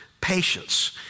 patience